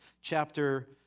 chapter